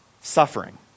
Suffering